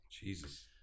Jesus